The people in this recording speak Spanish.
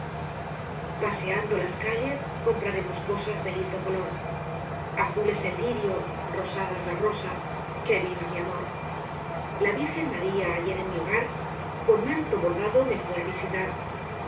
paseando las calles compraremos cosas de lindo color azul es el lirio rosadas las rosas que viva mi amor la virgen maría ayer en mi hogar con manto bordado me fué á visitar